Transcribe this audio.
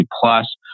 plus